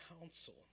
counsel